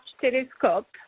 telescope